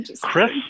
Chris